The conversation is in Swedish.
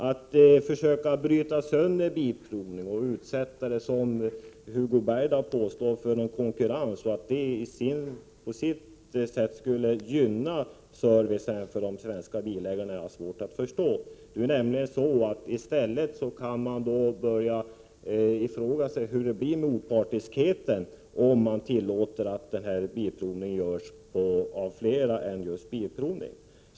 Att försöka bryta sönder bilprovningen och utsätta den för konkurrens påstår Hugo Bergdahl skulle gynna servicen för de svenska bilägarna. Det har jag svårt att förstå. I stället kan man fråga sig hur det blir med opartiskheten om vi tillåter att bilprovning utförs av andra än just Svensk Bilprovning.